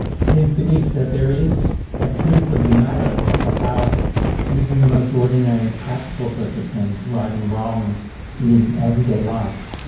his belief that there is a truth of the matter about even the most ordinary practical sorts of things, right and wrong in everyday life,